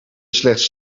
slechts